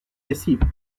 lessive